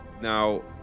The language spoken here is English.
Now